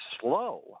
slow